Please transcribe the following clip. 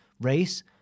race